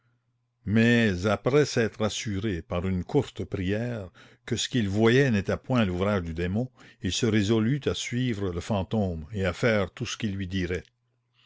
mais après s'être assuré par une courte prière que ce qu'il voyait n'était point l'ouvrage du démon il se résolut à suivre le fantôme et à faire tout ce qu'il lui dirait